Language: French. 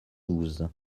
douze